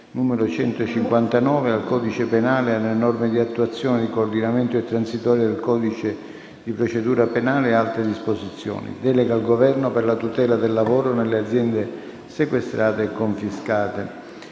n. 159, al codice penale e alle norme di attuazione, di coordinamento e transitorie del codice di procedura penale e altre disposizioni. Delega al Governo per la tutela del lavoro nelle aziende sequestrate e confiscate***